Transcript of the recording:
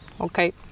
Okay